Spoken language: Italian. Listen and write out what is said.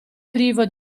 privo